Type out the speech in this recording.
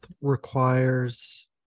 requires